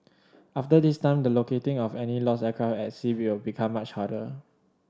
after this time the locating of any lost aircraft at sea will become much harder